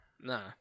Nah